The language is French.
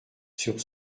sur